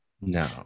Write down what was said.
No